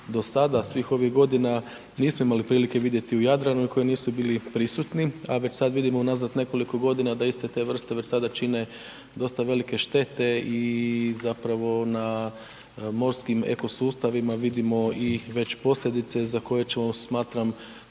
do sada svih ovih godina nismo imali prilike u Jadranu i koji nisu bili prisutni, a već sada vidimo unazad nekoliko godina da iste te vrste već sada čine dosta velike štete i zapravo na morskim ekosustavima vidimo i već posljedice za koje ćemo smatram